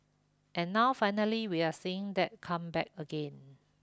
and now finally we're seeing that come back again